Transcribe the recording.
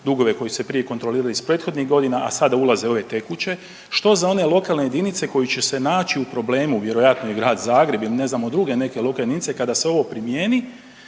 dugove koji su se prije kontrolirali iz prethodnih godina, a sada ulaze u ove tekuće, što za one lokalne jedinice koje će se naći u problemu, vjerojatno i Grad Zagreb ili ne znamo druge neke lokalne jedinice kada se ovo primijeni